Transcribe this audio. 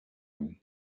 him